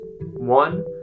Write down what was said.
One